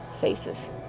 faces